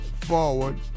forward